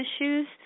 issues